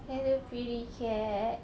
hello pretty cat